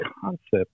concept